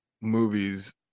movies